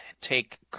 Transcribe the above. take